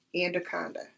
Anaconda